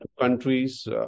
countries